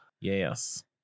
yes